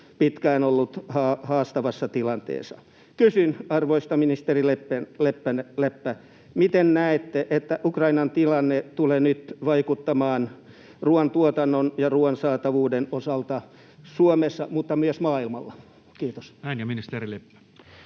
pitkään ollut haastavassa tilanteessa. Kysyn, arvoisa ministeri Leppä: miten näette, että Ukrainan tilanne tulee nyt vaikuttamaan ruuantuotannon ja ruuan saatavuuden osalta Suomessa mutta myös maailmalla? — Kiitos.